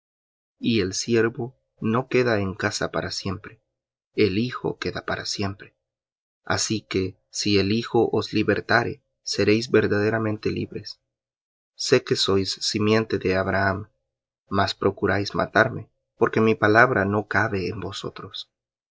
y el siervo no queda en casa para siempre el hijo queda para siempre así que si el hijo os libertare seréis verdaderamente libres sé que sois simiente de abraham mas procuráis matarme porque mi palabra no cabe en vosotros